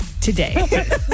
Today